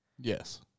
yes